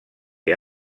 que